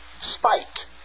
spite